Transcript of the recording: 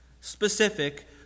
specific